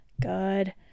good